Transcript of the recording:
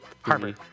Harvey